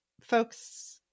folks